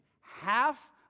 Half